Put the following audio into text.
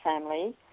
family